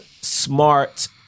smart